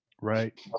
Right